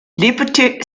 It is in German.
liberty